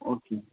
okay ma'am